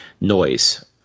noise